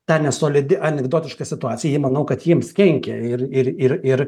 ta nesolidi anekdotiška situacija jie manau kad jiems kenkia ir ir ir ir